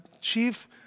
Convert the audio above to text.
chief